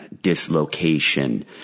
dislocation